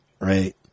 right